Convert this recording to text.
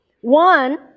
One